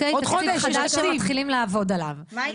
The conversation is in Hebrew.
תקציב חדש שמתחילים לעבוד עליו,